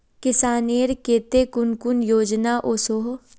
किसानेर केते कुन कुन योजना ओसोहो?